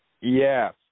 Yes